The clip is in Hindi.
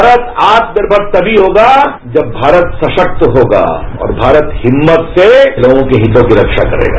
भारत आत्मनिर्मर तमी होगा जब भारत सशक्त होगा और भारत हिम्मत से लोगों के हितों की खा करेगा